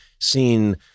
seen